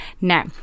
Now